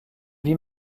vit